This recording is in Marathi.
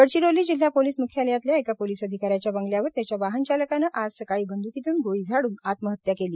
गडचिरोली जिल्हा पोलीस म्ख्यालयातल्या एका पोलीस अधिकाऱ्याच्या बंगल्यावर त्याच्या वाहनचालकनं आज सकाळी बंद्कीतून गोळी झाडून आत्महत्या केली